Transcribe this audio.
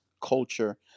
culture